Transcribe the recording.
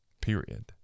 Period